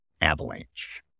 Avalanche